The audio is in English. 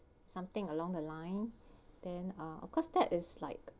something along the line then uh of course that is like